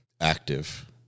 active